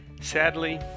Sadly